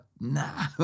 nah